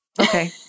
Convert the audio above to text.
Okay